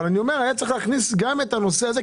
אבל אני אומר שגם היה צריך להכניס את הנושא הזה,